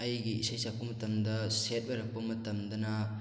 ꯑꯩꯒꯤ ꯏꯁꯩ ꯁꯛꯄ ꯃꯇꯝꯗ ꯁꯦꯗ ꯑꯣꯏꯔꯛꯄ ꯃꯇꯝꯗꯅ